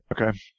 okay